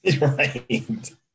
Right